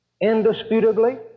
indisputably